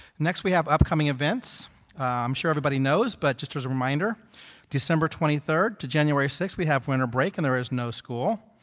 next we have upcoming events i'm sure everybody knows but just as a reminder december twenty three to january six we have winter break and there is no school.